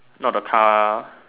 not the car